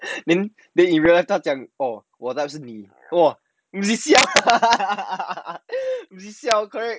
then then 你 realise 他讲我的 type 是你 !wah!